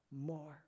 more